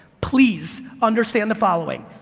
please understand the following,